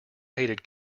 hated